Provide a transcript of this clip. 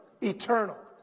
eternal